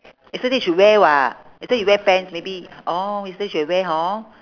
yesterday you should wear [what] yesterday you wear pants maybe orh yesterday should have wear hor